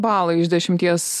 balą iš dešimties